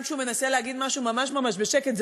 גם כשהוא מנסה לומר משהו ממש ממש בשקט,